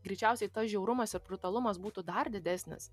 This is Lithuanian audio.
greičiausiai tas žiaurumas ir brutalumas būtų dar didesnis